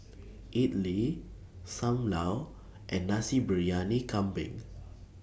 Idly SAM Lau and Nasi Briyani Kambing